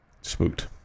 spooked